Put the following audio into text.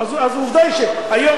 אז עובדה שהיום,